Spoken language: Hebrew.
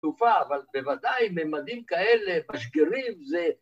‫טופה, אבל בוודאי ‫ממדים כאלה משגרים זה...